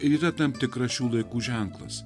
ir yra tam tikra šių laikų ženklas